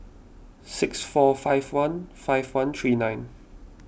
six four five one five one three nine